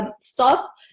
stop